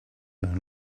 own